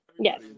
Yes